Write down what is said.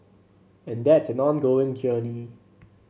and that's an ongoing journey